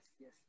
yes